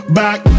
back